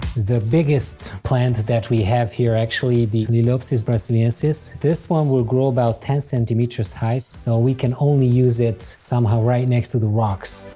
the biggest plant, that we have here actually is the lilaeopsis brasiliensis. this one will grow about ten centimeters high, so we can only use it somehow right next to the rocks.